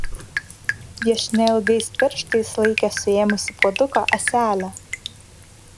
viešnia ilgais pirštais laikė suėmusi puoduko ąselę